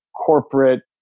corporate